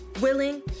willing